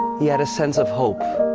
he had a sense of hope.